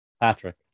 Patrick